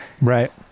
right